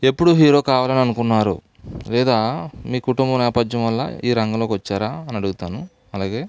ఎప్పుడు హీరో కావాలని అనుకున్నారు లేదా మీ కుటుంబ నేపథ్యం వల్ల ఈ రంగంలోకి వచ్చారా అనడుగుతాను అలాగే